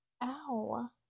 ow